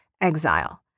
Exile